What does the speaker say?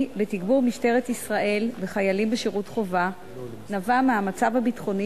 בתגבור משטרת ישראל בחיילים בשירות חובה נבע מהמצב הביטחוני